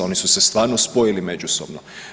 Oni su se stvarno spojili međusobno.